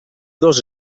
dos